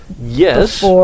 Yes